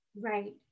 Right